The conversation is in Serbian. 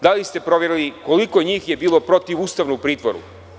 Da li ste proverili koliko njih je bilo protivustavno u pritvoru?